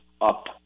up